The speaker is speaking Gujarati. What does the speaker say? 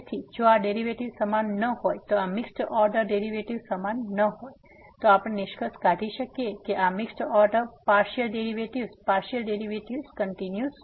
તેથી જો આ ડેરિવેટિવ્ઝ સમાન ન હોય તો આ મિક્સ્ડ ઓર્ડર ડેરિવેટિવ્ઝ સમાન ન હોય તો આપણે નિષ્કર્ષ કાઢી શકીએ છીએ કે આ mixed order partial derivatives partial derivatives continuous નથી